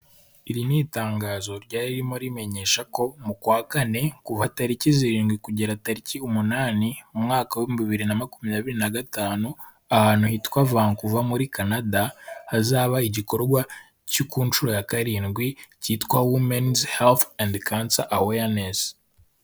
Iri n’itangazo ryari ririmo rimenyesha ko mu kwa kane kuva tariki zirindwi kugera tariki umunani umwaka wa bibiri na makumyabiri n’agatanu ahantu hitwa vancouver muri Canada hazaba igikorwa cyo ku nshuro ya karindwi cyitwa womens health and cancer awareness.